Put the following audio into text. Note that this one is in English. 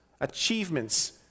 achievements